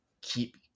keep